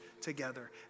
together